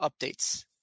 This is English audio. updates